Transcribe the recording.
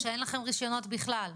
או שאין לכם רשיונות בכלל?